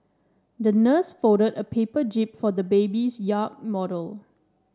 the nurse folded a paper jib for the baby's yacht model